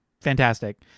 Fantastic